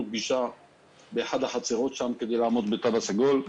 פגישה באחד החצרות שם כדי לעמוד בכללי התו הסגול.